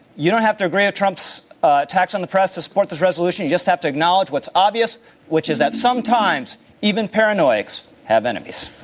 you don't have to agree with trump's attacks on the press to support this resolution. you just have to acknowledge what's obvious which is that sometimes even paranoids have enemies.